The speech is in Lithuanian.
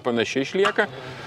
panaši išlieka